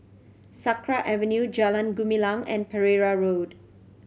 Sakra Avenue Jalan Gumilang and Pereira Road